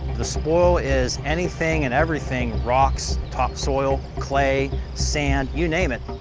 the spoil is anything and everything, rocks, topsoil, clay, sand, you name it.